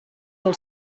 del